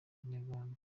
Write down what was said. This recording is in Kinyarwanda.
inyarwanda